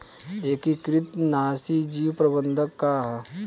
एकीकृत नाशी जीव प्रबंधन का ह?